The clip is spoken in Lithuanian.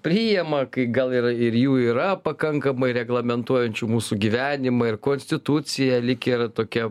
priima kai gal ir ir jų yra pakankamai reglamentuojančių mūsų gyvenimą ir konstitucija lyg yra tokia